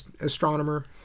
astronomer